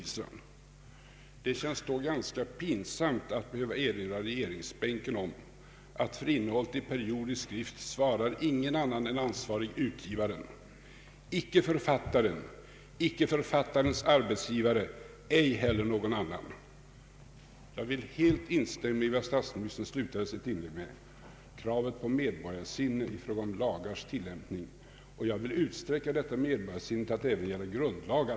Det känns då ganska pinsamt att behöva erinra regeringsbanken om att för innehållet i periodisk skrift svarar ingen annan än ansvarige utgivaren — icke författaren, icke författarens arbetsgivare, ej heller någon annan. Jag vill helt instämma i vad statsministern slutade sitt inlägg med: kravet på medborgarsinne i fråga om lagars tillämpning. Jag vill utsträcka detta medborgarsinne till att även gälla grundlagar.